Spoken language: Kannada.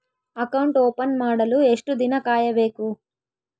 ಅಕೌಂಟ್ ಓಪನ್ ಮಾಡಲು ಎಷ್ಟು ದಿನ ಕಾಯಬೇಕು?